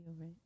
right